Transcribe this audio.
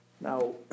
Now